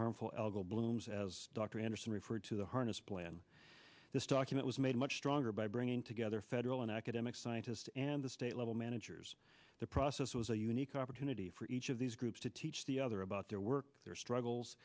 harmful algal blooms as dr anderson referred to the harness plan this document was made much stronger by bringing together federal and academic scientists and the state level managers the process was a unique opportunity for each of these groups to teach the other about their work their struggles